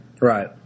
Right